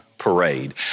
parade